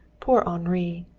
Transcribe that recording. poor henri!